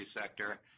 sector